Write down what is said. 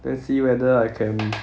then see whether I can